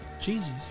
Jesus